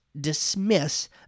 dismiss